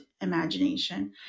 imagination